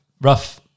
rough